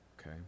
okay